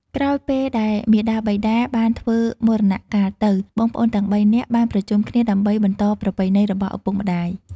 ក្រោយពេលដែលមាតាបិតាបានធ្វើមរណកាលទៅ បងប្អូនទាំងបីនាក់បានប្រជុំគ្នាដើម្បីបន្តប្រពៃណីរបស់ឪពុកម្ដាយ។